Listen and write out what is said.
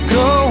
go